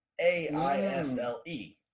A-I-S-L-E